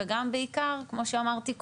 וגם בעיקר כמו שאמרתי קודם,